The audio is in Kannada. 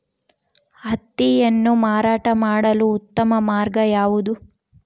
ಹತ್ತಿಯನ್ನು ಮಾರಾಟ ಮಾಡಲು ಉತ್ತಮ ಮಾರ್ಗ ಯಾವುದು?